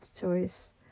choice